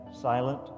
silent